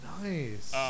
Nice